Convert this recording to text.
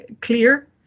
clear